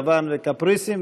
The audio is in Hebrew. יוון וקפריסין,